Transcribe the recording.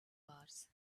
wars